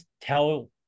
tell